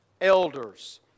elders